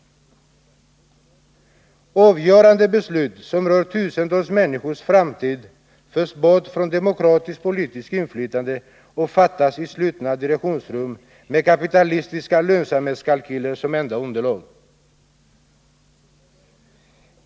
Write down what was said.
Avgörande beslut, som rör tusentals människors framtid, förs bort från demokratiskt politiskt inflytande och fattas i slutna direktionsrum, med kapitalistiska lönsamhetskalkyler som enda underlag.